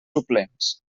suplents